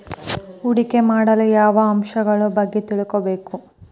ಹೂಡಿಕೆ ಮಾಡಲು ಯಾವ ಅಂಶಗಳ ಬಗ್ಗೆ ತಿಳ್ಕೊಬೇಕು?